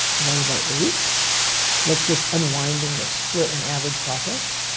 divided by eight. so that's just unwinding the split and average process.